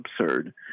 absurd